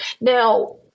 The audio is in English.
Now